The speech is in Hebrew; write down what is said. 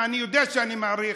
ואני יודע שאני מאריך,